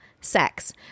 sex